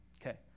Okay